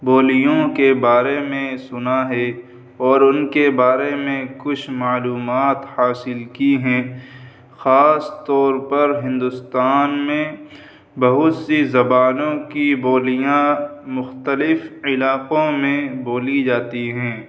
بولیوں کے بارے میں سنا ہے اور ان کے بارے میں کچھ معلومات حاصل کی ہیں خاص طور پر ہندوستان میں بہت سی زبانوں کی بولیاں مختلف علاقوں میں بولی جاتی ہیں